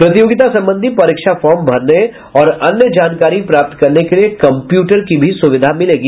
प्रतियोगिता संबंधी परीक्षा फार्म भरने और अन्य जानकारी प्राप्त करने के लिये कंप्यूटर की भी सुविधा मिलेगी